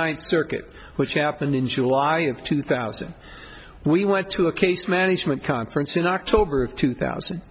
ninth circuit which happened in july of two thousand we went to a case management conference in october of two thousand